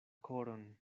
koron